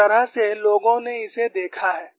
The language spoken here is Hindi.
जिस तरह से लोगों ने इसे देखा है